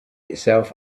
itself